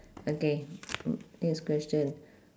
okay next question